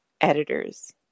editors